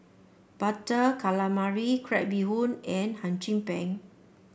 Butter Calamari Crab Bee Hoon and Hum Chim Peng